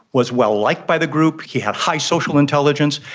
was well liked by the group, he had high social intelligence,